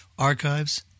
Archives